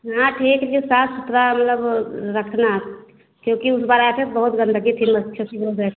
हाँ ठीक जो साफ सुथरा मतलब रखना क्योंकि उस बार आए थे बहुत गंदगी थी मच्छर भी हो गए थे